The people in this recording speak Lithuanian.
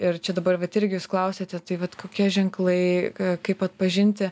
ir čia dabar vat irgi jūs klausėte tai vat kokie ženklai kaip atpažinti